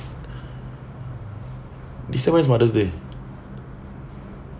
is mother's day